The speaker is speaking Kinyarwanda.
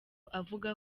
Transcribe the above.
avuga